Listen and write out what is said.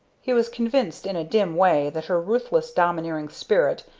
he was convinced in a dim way that her ruthless domineering spirit,